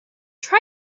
try